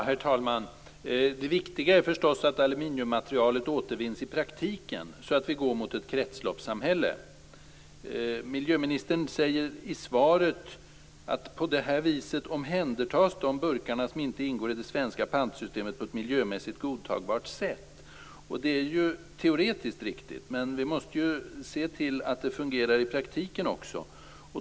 Herr talman! Det viktiga är förstås att aluminiummaterialet i praktiken återvinns så att vi går mot ett kretsloppssamhälle. Miljöministern säger i sitt svar att på det här viset omhändertas de burkar som inte ingår i det svenska pantsystemet på ett miljömässigt godtagbart sätt. Teoretiskt är det riktigt men vi måste se till att det också fungerar i praktiken.